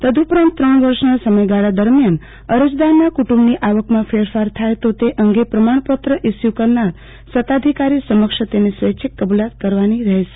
તદ્દઉપરાંત ત્રણ વર્ષના સમયગાળા દરમ્યાન અરજદારનાં કુટુંબ ની આવકમાં ફેરફાર થાય તો તે અંગે પ્રમાણપત્ર ઇસ્યુ કરનાર સતાધિકારી સમક્ષ તેની સ્વેચ્છિક કબુલાત કરવાની રહેશે